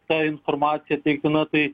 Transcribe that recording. ta informacija teiktina tai